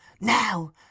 now